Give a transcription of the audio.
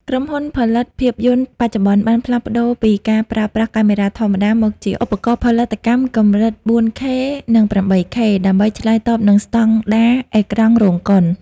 ក្រុមហ៊ុនផលិតភាពយន្តបច្ចុប្បន្នបានផ្លាស់ប្តូរពីការប្រើប្រាស់កាមេរ៉ាធម្មតា មកជាឧបករណ៍ផលិតកម្មកម្រិត 4K និង 8K ដើម្បីឆ្លើយតបនឹងស្តង់ដារអេក្រង់រោងកុន។